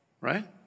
right